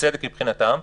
ובצדק מבחינתם,